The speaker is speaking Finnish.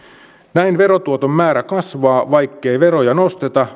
näin verotuoton määrä kasvaa vaikkei veroja nosteta